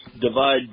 divide